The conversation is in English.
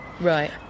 Right